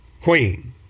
queen